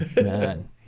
man